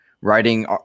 writing